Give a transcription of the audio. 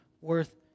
worth